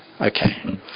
Okay